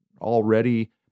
already